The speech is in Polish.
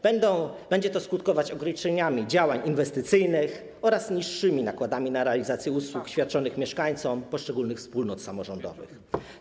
Będzie to skutkować ograniczeniami działań inwestycyjnych oraz niższymi nakładami na realizację usług świadczonych mieszkańcom poszczególnych wspólnot samorządowych.